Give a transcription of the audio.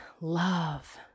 love